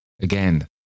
Again